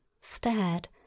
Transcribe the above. stared